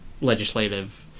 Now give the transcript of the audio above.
legislative